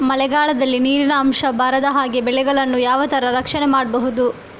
ಮಳೆಗಾಲದಲ್ಲಿ ನೀರಿನ ಅಂಶ ಬಾರದ ಹಾಗೆ ಬೆಳೆಗಳನ್ನು ಯಾವ ತರ ರಕ್ಷಣೆ ಮಾಡ್ಬಹುದು?